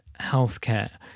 healthcare